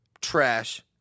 trash